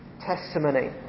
testimony